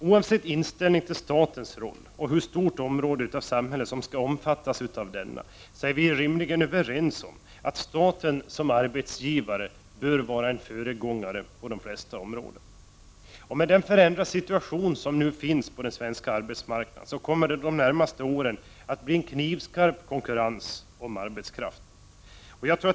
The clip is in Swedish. Oavsett inställning till statens roll och hur stort område av samhället som skall omfattas av denna, är vi rimligen överens om att staten som arbetsgivare bör vara föregångare på de flesta områden. Med den förändrade situation som nu råder på svensk arbetsmarknad kommer det de närmaste åren att bli en knivskarp konkurrens om arbetskraften.